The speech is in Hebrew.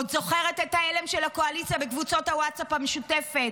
עוד זוכרת את ההלם של הקואליציה בקבוצת הווטסאפ המשותפת.